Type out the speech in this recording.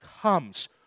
comes